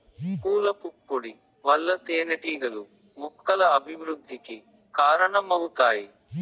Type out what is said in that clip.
పూల పుప్పొడి వల్ల తేనెటీగలు మొక్కల అభివృద్ధికి కారణమవుతాయి